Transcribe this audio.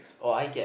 or I get